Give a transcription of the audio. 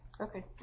Okay